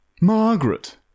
Margaret